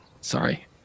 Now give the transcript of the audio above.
Sorry